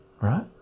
Right